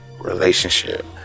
relationship